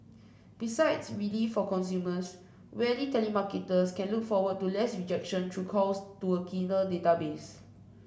besides relief for consumers weary telemarketers can look forward to less rejection through calls to a cleaner database